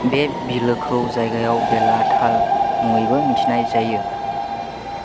बे बिलोखौ जायगायाव बेला ताल मुङैबो मिथिनाय जायो